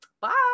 bye